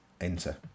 Enter